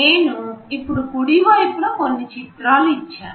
నేను ఇప్పుడు కుడి వైపున కొన్ని చిత్రాలు ఇచ్చాను